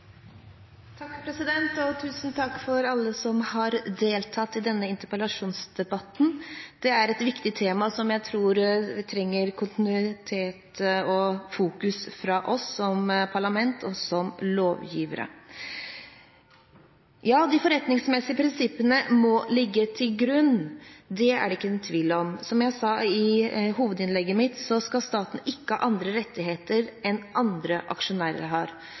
alle som har deltatt i denne interpellasjonsdebatten. Dette er et viktig tema som jeg tror trenger kontinuitet og fokus fra oss som parlament og som lovgivere. De forretningsmessige prinsippene må ligge til grunn, det er det ikke noen tvil om. Som jeg sa i hovedinnlegget mitt, skal ikke staten ha andre rettigheter enn andre aksjonærer har.